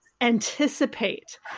anticipate